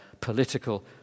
political